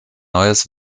neues